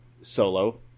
Solo